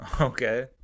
Okay